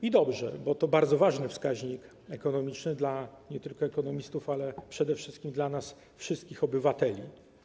I dobrze, bo to bardzo ważny wskaźnik ekonomiczny nie tylko dla ekonomistów, ale przede wszystkim dla nas, wszystkich obywateli.